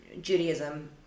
Judaism